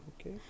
Okay